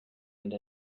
and